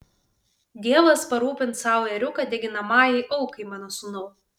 dievas parūpins sau ėriuką deginamajai aukai mano sūnau